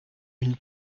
une